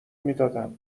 میدادم